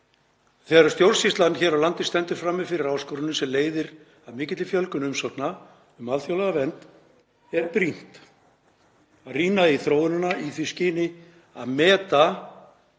Þegar stjórnsýslan hér á landi stendur frammi fyrir áskorunum sem leiðir af mikilli fjölgun umsókna um alþjóðlega vernd er brýnt að rýna í þróunina í því skyni að meta